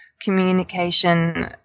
communication